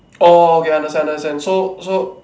orh okay understand understand so so